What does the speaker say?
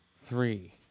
Three